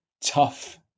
tough